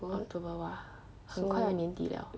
october !wah! 很快要年底 liao